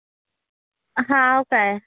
हाव काय